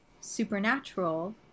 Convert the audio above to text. Supernatural